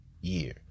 year